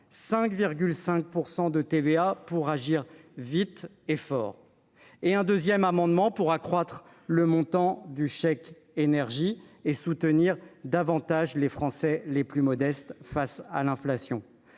5,5 % pour agir vite et fort -, ainsi qu'un amendement tendant à accroître le montant du chèque énergie et à soutenir davantage les Français les plus modestes face à l'inflation.